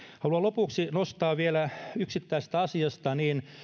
haluan lopuksi nostaa vielä yksittäisistä asioista